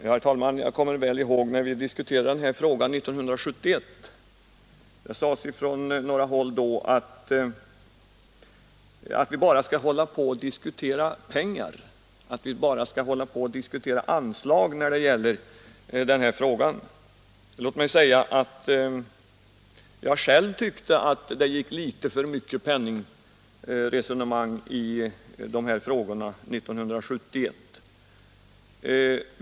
Herr talman! Jag kommer väl ihåg när vi diskuterade denna fråga 1971. Det sades från några håll då att vi bara diskuterar pengar och anslag när det gäller den här frågan. Jag tyckte själv att det gick litet för mycket penningresonemang i de här frågorna 1971.